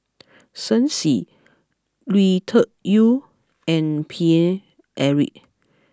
Shen Xi Lui Tuck Yew and Paine Eric